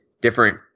different